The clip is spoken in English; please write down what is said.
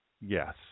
yes